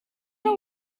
went